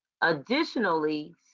Additionally